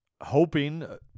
Hoping